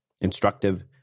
instructive